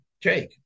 Jake